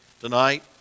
tonight